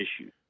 issue